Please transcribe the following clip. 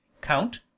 Count